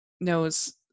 knows